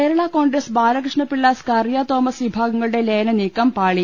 കേരള കോൺഗ്രസ് ബാലകൃഷ്ണപിള്ള സ്കറിയ തോമസ് വിഭാഗങ്ങളുടെ ലയന നീക്കം പാളി